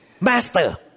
master